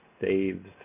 saves